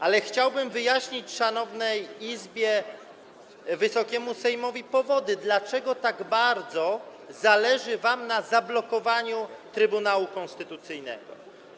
Ale chciałbym wyjaśnić szanownej Izbie, Wysokiemu Sejmowi powody, dlaczego tak bardzo zależy wam na zablokowaniu Trybunału Konstytucyjnego.